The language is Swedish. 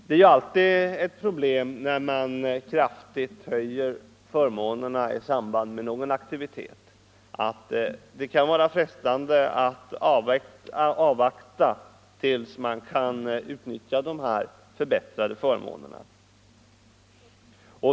Det kan alltid vara frestande, när förmånerna höjs kraftigt i samband med någon aktivitet, att avvakta tills man kan utnyttja de förbättrade förmånerna.